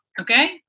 okay